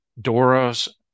DORA's